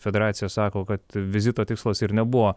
federacija sako kad vizito tikslas ir nebuvo